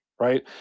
Right